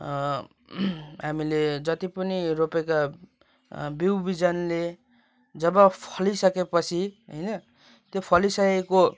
हामीले जति पनि रोपेका बिउ बिजनले जब फलिसके पछि होइन त्यो फलिसकेको